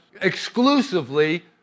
exclusively